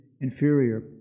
inferior